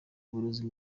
uburozi